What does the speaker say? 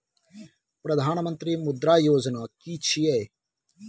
प्रधानमंत्री मुद्रा योजना कि छिए?